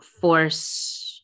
force